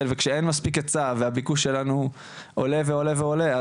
וכאשר אין מספיק היצע והביקוש שלנו עולה ועולה ועולה,